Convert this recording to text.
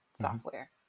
software